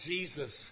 Jesus